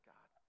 God